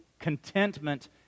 Contentment